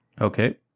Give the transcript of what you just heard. Okay